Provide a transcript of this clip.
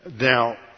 Now